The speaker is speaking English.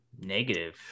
Negative